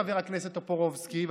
חבר הכנסת טופורובסקי,